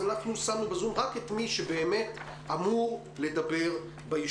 אז פשוט שמנו בזום רק את מי שבאמת אמור לדבר בישיבה